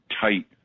tight